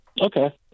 Okay